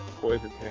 poison